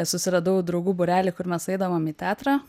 susiradau draugų būrelį kur mes eidavom į teatrą